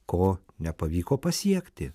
ko nepavyko pasiekti